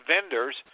vendors